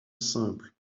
simple